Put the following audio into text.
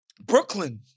Brooklyn